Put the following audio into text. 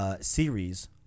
Series